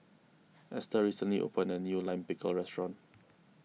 Esther recently opened a new Lime Pickle restaurant